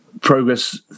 progress